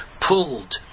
pulled